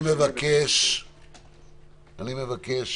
אני מבקש